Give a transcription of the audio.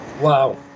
Wow